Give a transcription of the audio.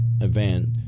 event